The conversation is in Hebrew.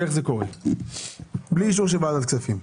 איך זה קורה בלי אישור של ועדת כספים.